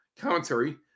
commentary